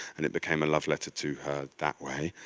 and it became a love letter to her that way,